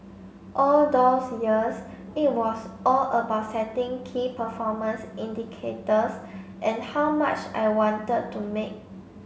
all those years it was all about setting key performance indicators and how much I wanted to make